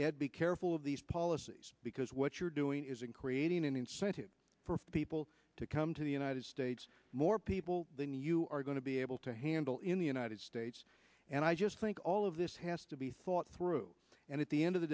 me be careful of these policies because what you're doing is in creating an incentive for people to come to the united states more people than you are going to be able to handle in the united states and i just think all of this has to be thought through and at the end of the